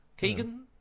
Keegan